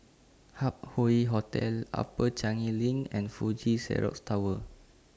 Hup Hoe Hotel Upper Changi LINK and Fuji Xerox Tower